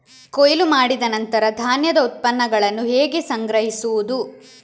ಕೊಯ್ಲು ಮಾಡಿದ ನಂತರ ಧಾನ್ಯದ ಉತ್ಪನ್ನಗಳನ್ನು ಹೇಗೆ ಸಂಗ್ರಹಿಸುವುದು?